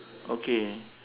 okay